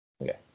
Okay